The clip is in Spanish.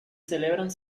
celebran